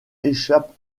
échappe